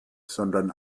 sondern